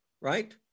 Right